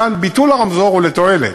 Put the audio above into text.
כאן ביטול הרמזור הוא לתועלת.